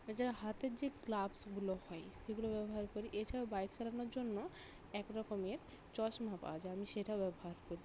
এছাড়া হাতের যে গ্লাভসগুলো হয় সেগুলো ব্যবহার করি এছাড়াও বাইক চালানোর জন্য এক রকমের চশমা পাওয়া যায় আমি সেটা ব্যবহার করি